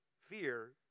Fear